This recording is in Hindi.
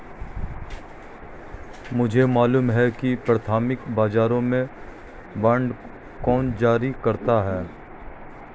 मुझे मालूम है कि प्राथमिक बाजारों में बांड कौन जारी करता है